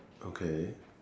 okay